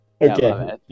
Okay